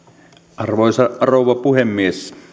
arvoisa rouva puhemies